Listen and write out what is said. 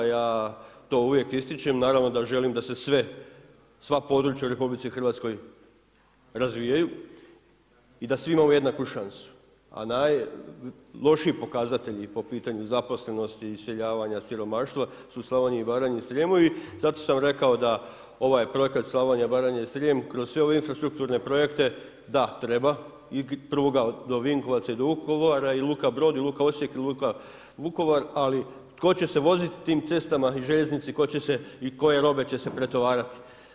Ja to uvijek ističem i naravno da želim da se sva područja u RH razvijaju i da svi imamo jednaku šansu, a najlošiji pokazatelji po pitanju zaposlenosti, iseljavanja i siromaštva su u Slavoniji, Baranji i Srijemu i zato sam rekao da ovaj projekat Slavonija, Baranja i Srijem kroz sve infrastrukturne projekte da treba pruga do Vinkovaca i do Vukovara i luka Brod i luka Osijek i luka Vukovar, ali tko će se voziti tim cestama i željeznici i koje robe će se pretovarati?